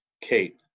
Kate